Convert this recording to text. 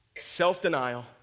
Self-denial